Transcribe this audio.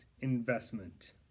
investment